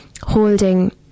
holding